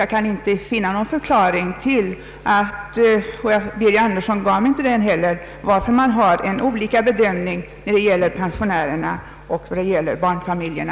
Jag kan inte finna någon förklaring till — och herr Birger Andersson gav inte heller någon sådan förklaring — att vi har olika bedömning när det gäller stödet till barnfamiljerna och stödet till pensionärerna.